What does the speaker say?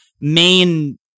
main